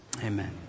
amen